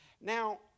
Now